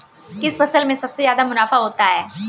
किस फसल में सबसे जादा मुनाफा होता है?